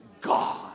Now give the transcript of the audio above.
God